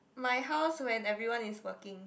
my house when everyone is working